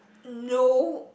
no